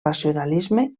racionalisme